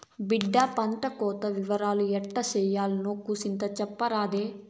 బిడ్డా పంటకోత ఇవరాలు ఎట్టా ఇయ్యాల్నో కూసింత సెప్పరాదే